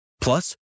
Plus